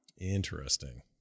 Interesting